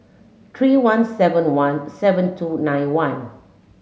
three one seven one seven two nine one